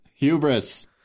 Hubris